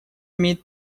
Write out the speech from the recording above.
имеет